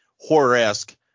horror-esque